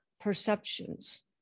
perceptions